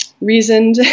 reasoned